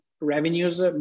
revenues